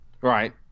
Right